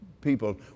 people